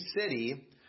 city